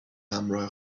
همراه